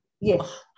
Yes